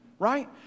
right